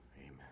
amen